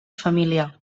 família